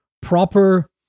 proper